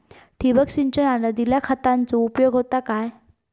ठिबक सिंचनान दिल्या खतांचो उपयोग होता काय?